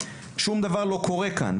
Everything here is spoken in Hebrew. בהיקף של 50% לפחות שום דבר לא קורה כאן.